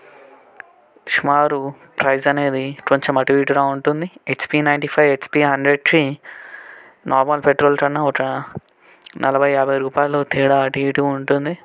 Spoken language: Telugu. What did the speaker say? సుమారు ప్రైస్ అనేది కొంచెం అటు ఇటుగా ఉంటుంది హెచ్పి నైంటీ ఫైవ్ హెచ్పి హండ్రెడ్కి నార్మల్ పెట్రోల్ కన్నా ఒక నలభై యాభై రూపాయలు తేడా అటూ ఇటూ ఉంటుంది